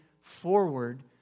forward